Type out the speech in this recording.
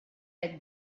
had